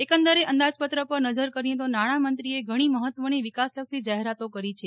એકંદરે અંદાજપત્ર પર નજર કરીએ તા ેનાણાંમંત્રીએ ઘણી મહત્વની વિકાસલક્ષી જાહેરાતો કરી છે